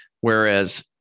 Whereas